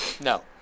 No